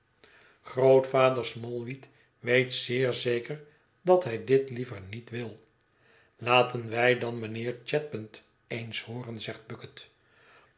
grootvader smallweed weet zeer zeker dat hij dit liever niet wil laten wij dan mijnheer chadband eens hooren zegt bucket